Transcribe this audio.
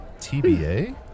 TBA